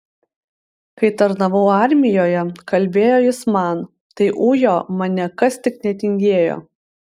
kai tarnavau armijoje kalbėjo jis man tai ujo mane kas tik netingėjo